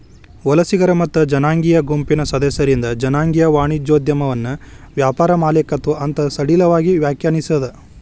ವಲಸಿಗರ ಮತ್ತ ಜನಾಂಗೇಯ ಗುಂಪಿನ್ ಸದಸ್ಯರಿಂದ್ ಜನಾಂಗೇಯ ವಾಣಿಜ್ಯೋದ್ಯಮವನ್ನ ವ್ಯಾಪಾರ ಮಾಲೇಕತ್ವ ಅಂತ್ ಸಡಿಲವಾಗಿ ವ್ಯಾಖ್ಯಾನಿಸೇದ್